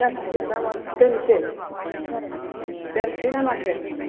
जासिगोन ना मा दोनसै दोनसै ना माथो